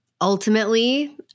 ultimately